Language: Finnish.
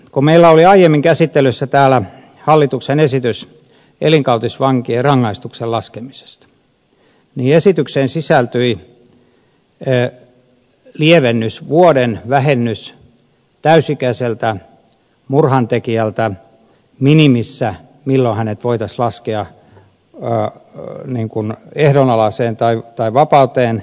kun meillä oli aiemmin käsittelyssä hallituksen esitys elinkautisvankien rangaistuksen laskemisesta esitykseen sisältyi lievennys vuoden vähennys minimissä milloin täysi ikäinen murhan tekijä voitaisiin laskea ehdonalaiseen tai vapauteen